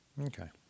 Okay